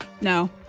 No